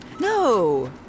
No